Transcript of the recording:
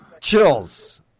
chills